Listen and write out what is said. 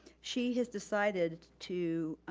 she has decided to